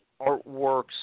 artworks